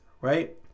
right